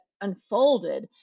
unfolded